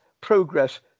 progress